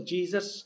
Jesus